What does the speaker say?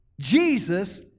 Jesus